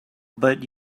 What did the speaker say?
but